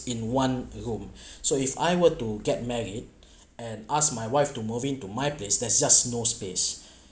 in one room so if I were to get married and ask my wife to move in to my place there's just no space